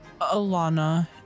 Alana